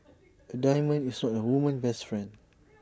A diamond is not A woman's best friend